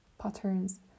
patterns